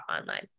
online